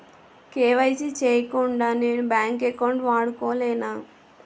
KYC చేయకుండా నేను bank account వాడుకొలేన?